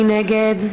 מי נגד?